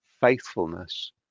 faithfulness